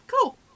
cool